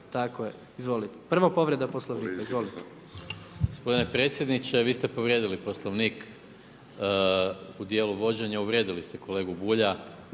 tako je, izvolite. Prvo povreda poslovnika, izvolite. **Maras, Gordan (SDP)** Gospodine predsjedniče, vi ste povrijedili poslovnik u dijelu vođenja, uvrijedili ste kolegu Bulja,